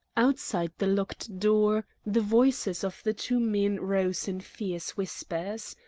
outside the locked door the voices of the two men rose in fierce whispers.